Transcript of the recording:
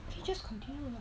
just continue lah